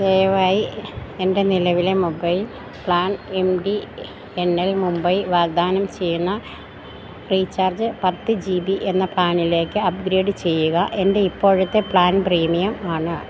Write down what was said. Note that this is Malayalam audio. ദയവായി എൻ്റെ നിലവിലെ mobile plan M T N L Mumbai വാഗ്ദാനം ചെയ്യുന്ന റീചാർജ് പത്ത് ജി ബി എന്ന പ്ലാനിലേക്ക് അപ്ഗ്രേഡ് ചെയ്യുക എൻ്റെ ഇപ്പോഴത്തെ പ്ലാൻ പ്രീമിയം ആണ്